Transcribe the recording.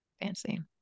Fancy